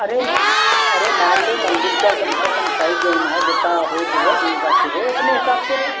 अरे अरे मान लेओ मन्दिर क्या कम से कम साइज जऊन अहै जेत्ता होत है उहि हिसाब से होए अपने हिसाब से